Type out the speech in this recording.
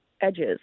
edges